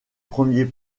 premiers